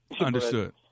Understood